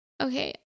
okay